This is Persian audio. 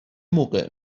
موقع